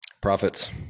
Profits